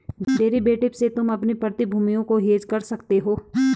derivative से तुम अपनी प्रतिभूतियों को हेज कर सकते हो